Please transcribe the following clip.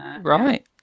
Right